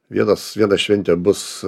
vienas viena šventė bus